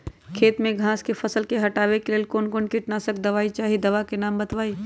खेत में घास के फसल से हटावे के लेल कौन किटनाशक दवाई चाहि दवा का नाम बताआई?